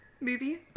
movie